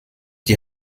die